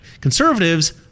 Conservatives